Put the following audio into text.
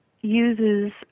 uses